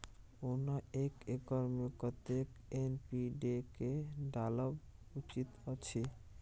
ओना एक एकर मे कतेक एन.पी.के डालब उचित अछि?